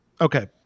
Okay